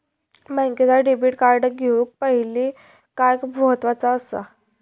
बँकेचा debit card घेउक पाहिले काय महत्वाचा असा?